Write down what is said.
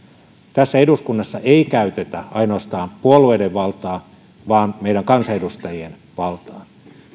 tässä eduskunnassa ei käytetä ainoastaan puolueiden valtaa vaan meidän kansanedustajien valtaa